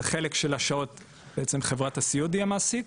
על חלק של השעות בעצם חברת הסיעוד היא המעסיק,